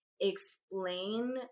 explain